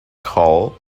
called